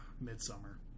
Midsummer